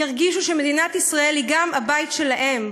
ירגישו שמדינת ישראל היא גם הבית שלהם.